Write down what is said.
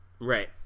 Right